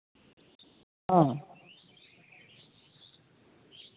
ᱦᱮᱸ